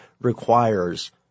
requires